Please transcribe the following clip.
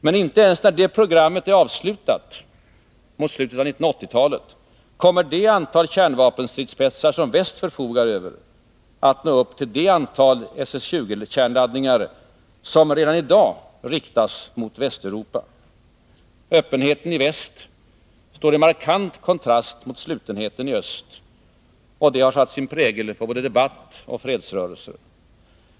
Men inte ens när det programmet mot slutet av 1980-talet är genomfört kommer det antal kärnvapenstridsspetsar som väst förfogar över att nå upp till det antal SS 20-kärnladdningar som redan i dag riktas mot Västeuropa. Öppenheten i väst står i markant kontrast mot slutenheten i öst. Detta har satt sin prägel på både debatt och fredsrörelse.